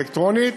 אלקטרונית,